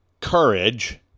courage